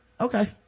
Okay